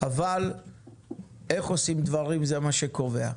אבל איך עושים דברים שזה מה שקובע.